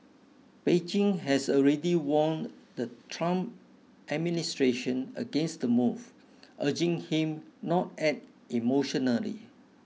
Beijing has already warned the Trump administration against the move urging him not act emotionally